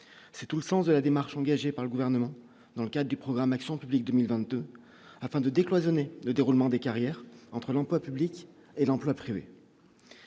c'est tout le sens de la démarche engagée par le gouvernement dans le cas du programme Action publique 2022 afin de décloisonner le déroulement des carrières entre l'emploi public et l'emploi privé,